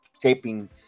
taping